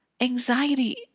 Anxiety